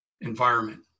environment